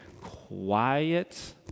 quiet